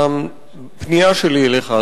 הפנייה שלי אליך,